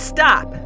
Stop